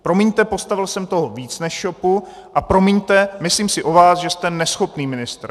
Promiňte, postavil jsem toho víc než šopu, a promiňte, myslím si o vás, že jste neschopný ministr.